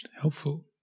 helpful